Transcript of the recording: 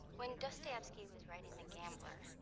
when dostoyevsky was writing the gambler,